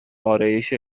ارایشی